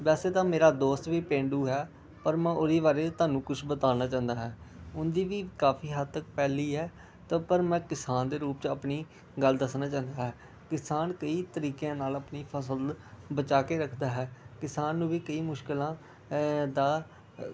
ਵੈਸੇ ਤਾਂ ਮੇਰਾ ਦੋਸਤ ਵੀ ਪੇਂਡੂ ਹੈ ਪਰ ਮੈਂ ਉਹਦੇ ਬਾਰੇ ਤੁਹਾਨੂੰ ਕੁਛ ਬਤਾਉਣਾ ਚਾਹੁੰਦਾ ਹਾਂ ਉਹਦੀ ਵੀ ਕਾਫੀ ਹੱਦ ਤੱਕ ਪੈਲੀ ਹੈ ਤਾਂ ਪਰ ਮੈਂ ਕਿਸਾਨ ਦੇ ਰੂਪ 'ਚ ਆਪਣੀ ਗੱਲ ਦੱਸਣਾ ਚਾਹੁੰਦਾ ਹਾਂ ਕਿਸਾਨ ਕਈ ਤਰੀਕਿਆਂ ਨਾਲ ਆਪਣੀ ਫਸਲ ਬਚਾ ਕੇ ਰੱਖਦਾ ਹੈ ਕਿਸਾਨ ਨੂੰ ਵੀ ਕਈ ਮੁਸ਼ਕਿਲਾਂ ਦਾ